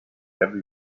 every